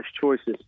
choices